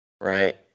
Right